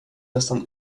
nästan